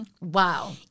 Wow